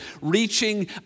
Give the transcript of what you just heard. reaching